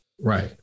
right